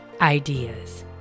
ideas